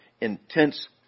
intense